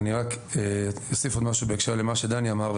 אני רק אוסיף עוד משהו בהקשר למה שדני אמר,